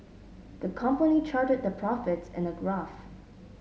the company charted their profits in a graph